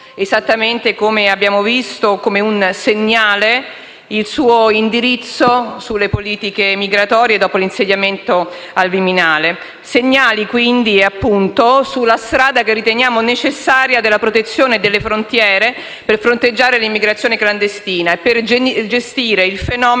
esattamente come abbiamo visto come un segnale il suo indirizzo sulle politiche migratorie dopo l'insediamento al Viminale. Segnali che vanno nella direzione che riteniamo necessaria, della protezione delle frontiere per fronteggiare l'immigrazione clandestina e per gestire il fenomeno